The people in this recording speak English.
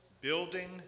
building